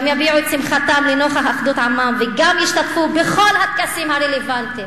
יביעו את שמחתם לנוכח אחדות עמם וגם ישתתפו בכל הטקסים הרלוונטיים,